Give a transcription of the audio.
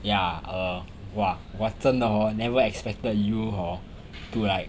ya err !wah! 我真的 hor never expected you hor to like